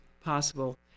possible